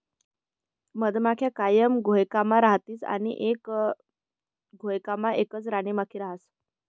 मधमाख्या कायम घोयकामा रातीस आणि एक घोयकामा एकच राणीमाखी रहास